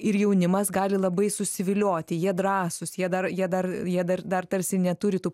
ir jaunimas gali labai susivilioti jie drąsūs jie dar jie dar jie dar dar tarsi neturi tų